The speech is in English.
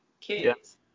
kids